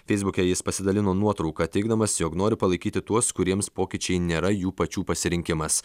feisbuke jis pasidalino nuotrauką teigdamas jog noriu palaikyti tuos kuriems pokyčiai nėra jų pačių pasirinkimas